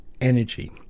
energy